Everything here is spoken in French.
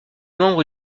membre